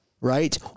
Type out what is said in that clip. right